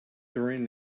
during